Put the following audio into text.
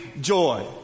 joy